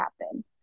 happen